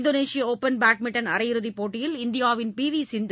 இந்தோனேஷிய open badminton அரையிறுதிப் போட்டியில்இந்தியாவின் P V சிந்து